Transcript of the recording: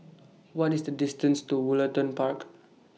What IS The distance to Woollerton Park